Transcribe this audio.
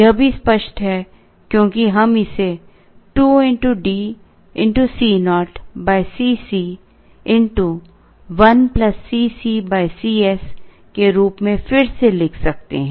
यह भी स्पष्ट है क्योंकि हम इसे 2D Co Cc 1 Cc Cs के रूप में फिर से लिख सकते हैं